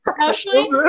Ashley